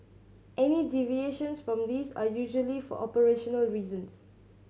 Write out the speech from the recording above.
any deviations from these are usually for operational reasons